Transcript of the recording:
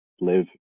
live